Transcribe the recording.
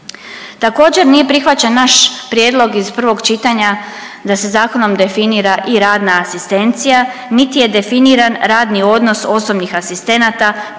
Također nije prihvaćen naš prijedlog iz prvog čitanja da se zakonom definira i radna asistencija, niti je definiran radni odnos osobnih asistenata,